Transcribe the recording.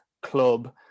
club